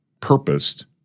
purposed